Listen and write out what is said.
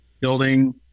building